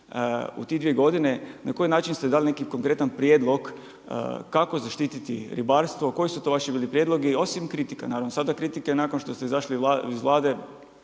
u tih dvije godine, na koji način ste dali neki konkretan prijedlog kako zaštititi ribarstvo, koji su to bili vaši prijedlozi osim kritika. Sada kritike nakon što ste izašli iz Vlade